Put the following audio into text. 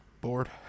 Bored